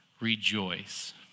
rejoice